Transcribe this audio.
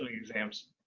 exams